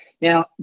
Now